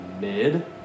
mid